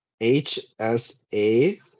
H-S-A